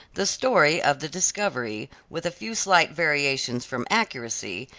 the story of the discovery, with a few slight variations from accuracy,